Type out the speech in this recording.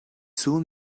soon